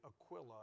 Aquila